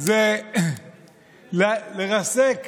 זה לרסק